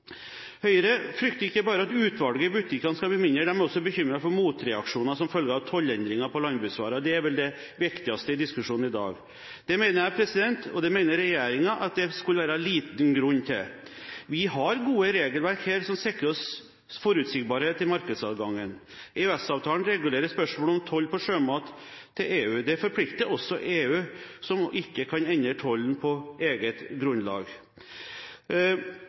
Høyre frykter ikke bare at utvalget i butikkene skal bli mindre – de er også bekymret for motreaksjoner som følge av tollendringene på landbruksvarer. Det er vel det viktigste i diskusjonen i dag. Det mener jeg – og det mener regjeringen – at det skulle være liten grunn til. Vi har gode regelverk her som sikrer oss forutsigbarhet i markedsadgangen. EØS-avtalen regulerer spørsmålene om toll på sjømat til EU. Dette forplikter også EU, som ikke kan endre tollen på eget grunnlag.